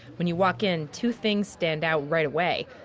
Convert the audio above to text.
when you walk in, two things stand out right away.